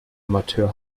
amateur